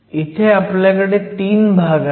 इथे आपल्याकडे 3 भाग आहेत